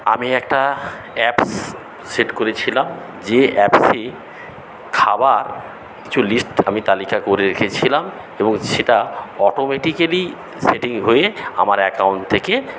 আমি একটা apps set করেছিলাম যে অ্যাপসে খাবার কিছু লিস্ট আমি তালিকা করে রেখেছিলাম এবং সেটা অটোমেটিকেলি সেটিং হয়ে আমার অ্যাকাউন্ট থেকে